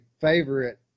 favorite